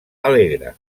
alegre